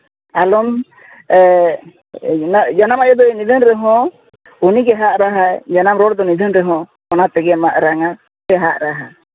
ᱟᱞᱚᱢ ᱡᱟᱱᱟᱢ ᱟᱭᱳ ᱫᱚᱭ ᱱᱤᱫᱷᱟᱹᱱ ᱨᱮᱦᱚᱸ ᱩᱱᱤᱜᱮ ᱦᱟᱜᱼᱨᱟᱣᱟᱭ ᱡᱟᱱᱟᱢ ᱨᱚᱲ ᱫᱚ ᱱᱤᱫᱷᱟᱹᱱ ᱨᱮᱦᱚᱸ ᱚᱱᱟ ᱛᱮᱜᱮ ᱢᱟᱜᱨᱟᱝᱼᱟ ᱥᱮ ᱦᱟᱜᱨᱟᱼᱟ